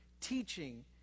teaching